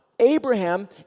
Abraham